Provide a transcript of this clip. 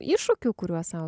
iššūkių kuriuos sau